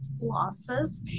losses